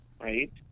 right